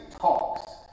talks